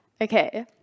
Okay